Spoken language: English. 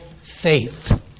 faith